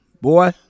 boy